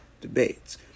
debates